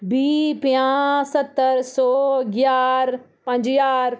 बीह् पंजाह् सत्तर सौ ज्हार पंज ज्हार